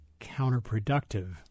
counterproductive